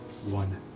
one